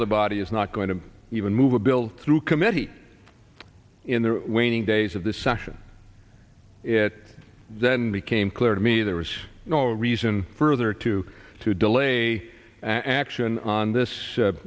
other body is not going to even move a bill through committee in the waning days of the session it then became clear to me there was no reason for there to to delay action on this